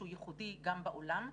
שהוא ייחודי גם בעולם,